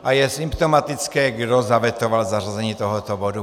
A je symptomatické, kdo zavetoval zařazení tohoto bodu.